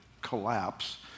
collapse